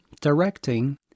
directing